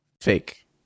Fake